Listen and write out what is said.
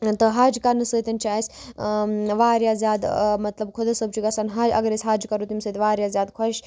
تہٕ حج کَرنہٕ سۭتۍ چھُ اَسہِ واریاہ زیادٕ مطلب خۄدا صٲب چھُ گژھان حج اگر أسۍ حج کَرو تَمہِ سۭتۍ واریاہ زیادٕ خۄش